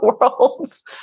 worlds